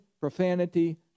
profanity